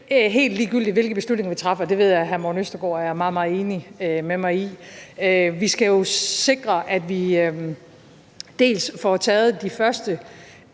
helt ligegyldigt, hvilke beslutninger vi træffer. Det ved jeg hr. Morten Østergaard er meget, meget enig med mig i. Vi skal jo sikre, at vi får taget de første